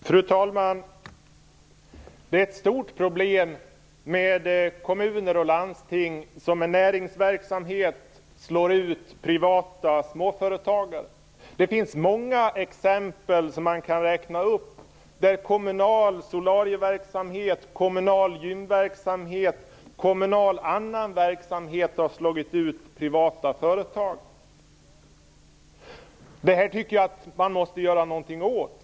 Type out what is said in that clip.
Fru talman! Det är ett stort problem när kommuner och landsting med näringsverksamhet slår ut privata småföretagare. Man kan räkna upp många exempel på att kommunal solarieverksamhet, kommunal gymverksamhet och kommunal annan verksamhet har slagit ut privata företag. Det här tycker jag att man måste göra någonting åt.